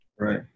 right